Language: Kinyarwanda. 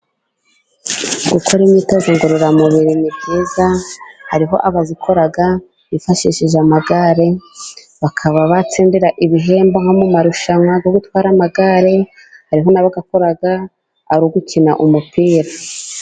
Gukora imyitozo ngororamubiri ni byiza. Hariho abayikora bifashishije amagare, bakaba batsindira ibihembo nko mu marushanwa yo gutwara amagare, hariho n'abayikora ari ugukina umupira.